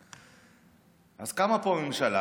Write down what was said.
אז קמה פה ממשלה,